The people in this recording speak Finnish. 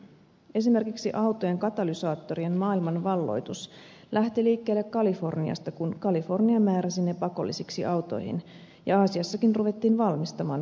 esimerkiksi autojen katalysaattorien maailmanvalloitus lähti liikkeelle kaliforniasta kun kalifornia määräsi ne pakollisiksi autoihin ja aasiassakin ruvettiin valmistamaan katalysaattoriautoja